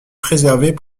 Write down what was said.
préservés